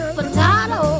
Potato